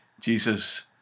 Jesus